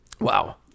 Wow